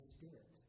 Spirit